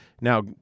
Now